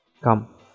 Come